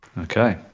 Okay